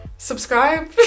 subscribe